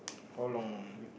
how long be